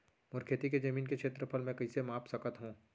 मोर खेती के जमीन के क्षेत्रफल मैं कइसे माप सकत हो?